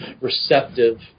receptive